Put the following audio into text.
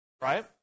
Right